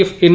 F N